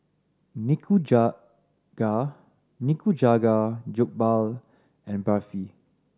Nikujaga Nikujaga Jokbal and Barfi